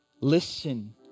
listen